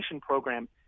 program